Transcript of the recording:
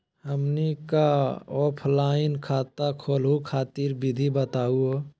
हमनी क ऑफलाइन खाता खोलहु खातिर विधि बताहु हो?